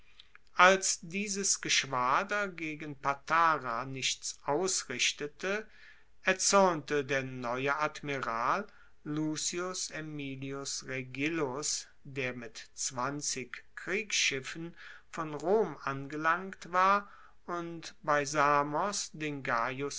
als dieses geschwader gegen patara nichts ausrichtete erzuernte der neue admiral lucius aemilius regillus der mit kriegsschiffen von rom angelangt war und bei samos den